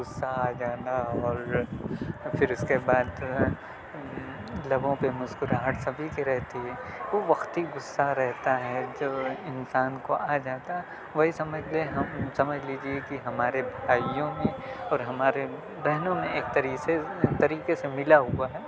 غصہ آ جانا اور پھر اس کے بعد لبوں پہ مسکراہٹ سبھی کے رہتی ہے وہ وقتی غصہ رہتا ہے جو انسان کو آ جاتا وہی سمجھ لیں ہم سمجھ لیجیے کہ ہمارے بھائیوں میں اور ہمارے بہنوں میں ایک طریقے طریقے سے ملا ہوا ہے